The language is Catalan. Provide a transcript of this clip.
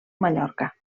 mallorca